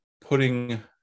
putting